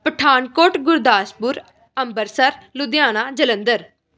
Pathankot Gurdaspur Ambarsar Ludhiana Jalandhar